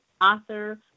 author